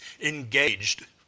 engaged